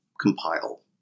compile